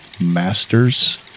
masters